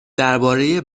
درباره